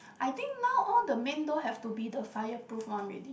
I think now all the main door have to be the fire proof one already